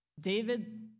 David